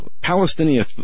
Palestinian